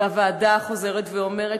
והוועדה חוזרת ואומרת,